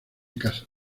casan